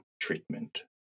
treatment